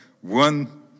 one